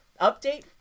update